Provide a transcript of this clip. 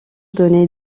donner